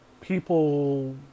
people